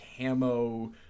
camo